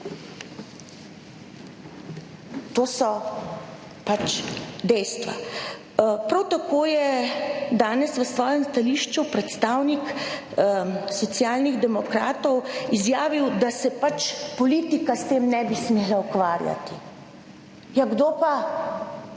To so pač dejstva. Prav tako je danes v svojem stališču predstavnik Socialnih demokratov izjavil, da se pač politika s tem ne bi smela ukvarjati. Ja, kdo pa?